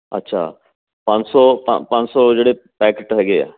ਅੱਛਾ ਪੰਜ ਸੌ ਪੰ ਪੰਜ ਸੌ ਜਿਹੜੇ ਪੈਕਟ ਹੈਗੇ ਆ